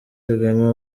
kagame